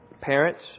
Parents